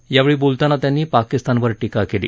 यावेळी बोलताना त्यांनी पाकिस्तानवर टीका केली